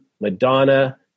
Madonna